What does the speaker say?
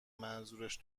منظورش